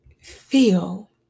feel